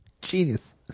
genius